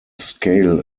scale